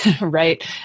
right